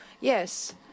yes